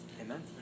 Amen